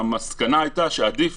המסקנה הייתה שעדיף